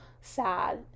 sad